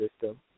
system